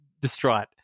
distraught